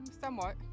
somewhat